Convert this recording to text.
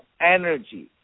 energy